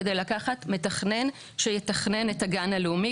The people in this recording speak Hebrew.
על מנת לקחת מתכנן שיתכנן את הגן הלאומי,